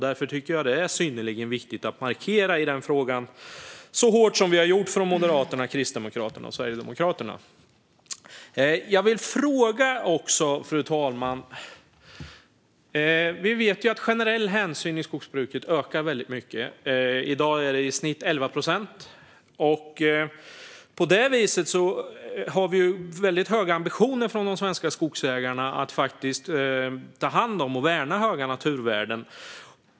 Därför är det synnerligen viktigt att markera i den frågan så hårt som vi har gjort från Moderaterna, Kristdemokraterna och Sverigedemokraterna. Fru talman! Jag vill ställa en fråga. Vi vet att generell hänsyn i skogsbruket ökar väldigt mycket. I det är det i snitt 11 procent. På det viset har vi väldigt höga ambitioner från de svenska skogsägarna att ta hand om och värna höga naturvärden.